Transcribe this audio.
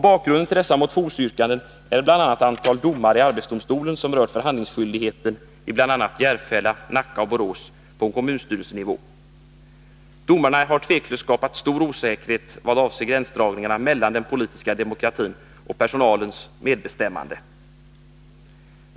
Bakgrunden till dessa motionsyrkanden är bl.a. ett antal domar i arbetsdomstolen som rört förhandlingsskyldigheten på kommunstyrelsenivå i bl.a. Järfälla, Nacka och Borås. Domarna har utan tvivel skapat stort osäkerhet vad avser gränsdragningarna mellan den politiska demokratin och personalens medbestämmande.